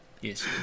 Yes